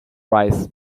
writes